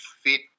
fit